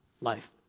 life